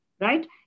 right